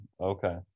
Okay